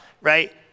right